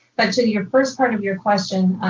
but to your first part of your question,